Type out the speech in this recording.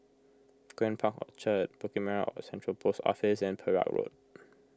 Grand Park Orchard Bukit Merah Central Post Office and Perak Road